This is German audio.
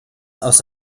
aus